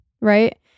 Right